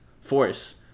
force